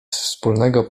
wspólnego